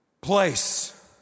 place